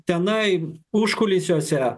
tenai užkulisiuose